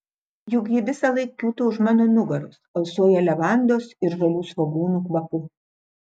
juk ji visąlaik kiūto už mano nugaros alsuoja levandos ir žalių svogūnų kvapu